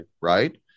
Right